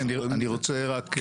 אני רוצה רק במילים קצרות.